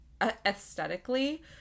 aesthetically